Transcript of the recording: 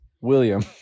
William